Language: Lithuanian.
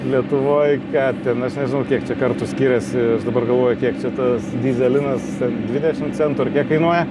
lietuvoj ką ten aš nežinau kiek čia kartų skiriasi aš dabar galvoju kiek čia tas dyzelinas dvidešimt centų ar kiek kainuoja